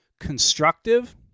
constructive